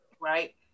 right